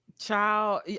child